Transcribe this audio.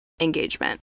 engagement